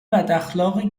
بداخلاقی